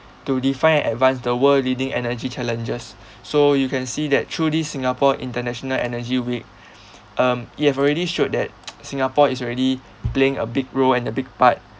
to define and advance the world leading energy challenges so you can see that truly singapore international energy week um it have already showed that singapore is already playing a big role and a big part